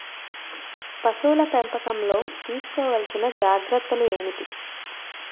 పశువుల పెంపకంలో తీసుకోవల్సిన జాగ్రత్తలు ఏంటి?